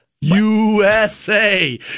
USA